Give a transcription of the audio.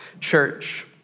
church